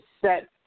set